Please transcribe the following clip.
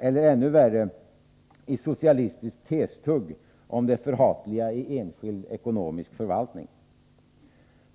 eller — ännu värre — i socialistiskt testugg om det förhatliga i enskild förvaltning.